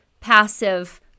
passive